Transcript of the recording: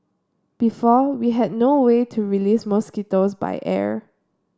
before we had no way to release mosquitoes by air